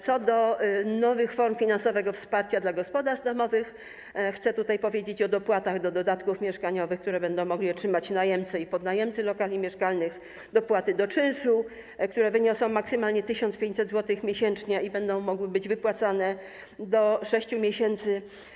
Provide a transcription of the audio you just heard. Co do nowych form finansowego wsparcia dla gospodarstw domowych chcę powiedzieć o dopłatach do dodatków mieszkaniowych, które będą mogli otrzymać najemcy i podnajemcy lokali mieszkalnych, dopłatach do czynszu, które wyniosą maksymalnie 1500 zł miesięcznie i będą mogły być wypłacane przez okres do 6 miesięcy.